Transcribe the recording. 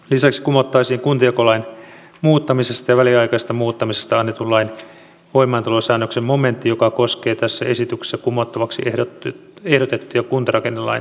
lisäksi kumottaisiin kuntajakolain muuttamisesta ja väliaikaisesta muuttamisesta annetun lain voimaantulosäännöksen momentti joka koskee tässä esityksessä kumottavaksi ehdotettuja kuntarakennelain säännöksiä